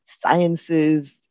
sciences